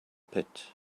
pit